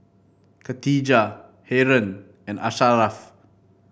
Khatijah Haron and Asharaff